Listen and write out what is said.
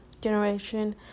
generation